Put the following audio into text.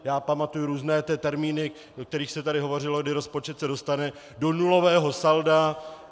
Já pamatuju různé termíny, o kterých se tady hovořilo, kdy se rozpočet dostane do nulového salda.